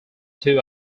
two